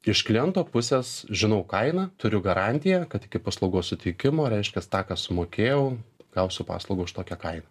iš kliento pusės žinau kainą turiu garantiją kad iki paslaugos suteikimo reiškias tą ką sumokėjau gausiu paslaugą už tokią kainą